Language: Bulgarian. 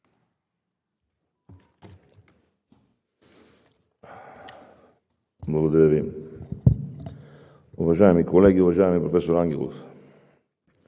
Благодаря Ви. Уважаеми колеги! Уважаеми професор Ангелов,